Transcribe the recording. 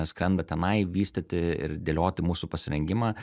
skrenda tenai vystyti ir dėlioti mūsų pasirengimą